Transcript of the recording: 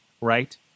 right